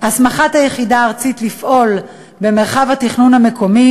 הסמכת היחידה הארצית לפעול במרחב התכנון המקומי